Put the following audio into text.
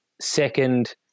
second